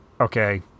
okay